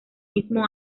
mismo